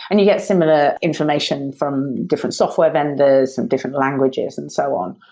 and you get similar information from different software vendors and different languages and so on,